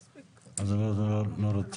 לא.